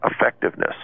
effectiveness